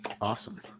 awesome